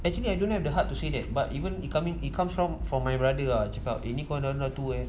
actually I don't have the heart to say that but even it coming it comes from from my brother ah ini orang dah tua